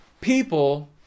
People